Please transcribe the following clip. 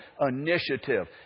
initiative